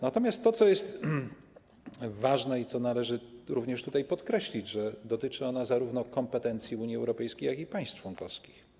Natomiast to, co jest ważne i co należy również tutaj podkreślić - dotyczy ona zarówno kompetencji Unii Europejskiej, jak i państw członkowskich.